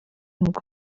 ngo